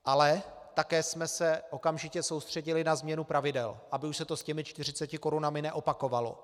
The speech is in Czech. Ale také jsme se okamžitě soustředili na změnu pravidel, aby už se to s těmi 40 korunami neopakovalo.